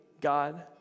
God